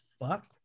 fuck